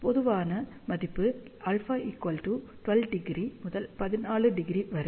பொதுவான மதிப்பு α 12° முதல் 14° டிகிரி வரை